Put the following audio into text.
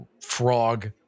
frog